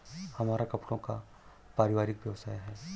हमारा कपड़ों का पारिवारिक व्यवसाय है